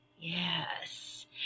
Yes